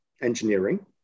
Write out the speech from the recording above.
engineering